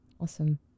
Awesome